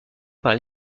par